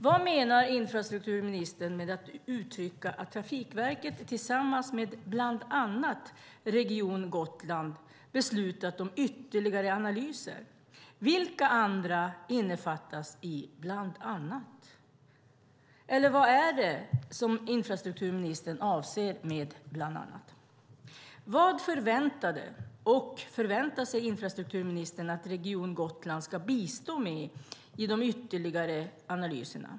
Vad menar infrastrukturministern med att uttrycka att Trafikverket tillsammans med bland annat Region Gotland beslutat om ytterligare analyser? Vilka andra innefattas i bland annat? Vad avser infrastrukturministern med bland annat? Vad förväntade och förväntar sig infrastrukturministern att Region Gotland ska bistå med i de ytterligare analyserna?